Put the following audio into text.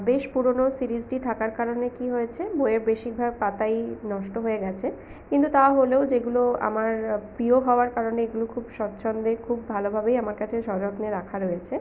বেশ পুরোনো সিরিজটি থাকার কারণে কী হয়েছে বইয়ের বেশিরভাগ পাতাই নষ্ট হয়ে গেছে কিন্তু তাহলেও যেগুলো আমার প্রিয় হওয়ার কারণে এগুলো খুব স্বচ্ছন্দে খুব ভালোভাবেই আমার কাছে সযত্নে রাখা রয়েছে